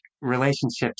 relationships